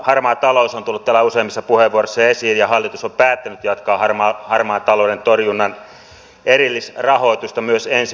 harmaa talous on tullut täällä useammissa puheenvuoroissa esiin ja hallitus on päättänyt jatkaa harmaan talouden torjunnan erillisrahoitusta myös ensi vuonna